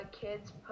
kids